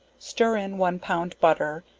stir in one pound butter,